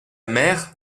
mère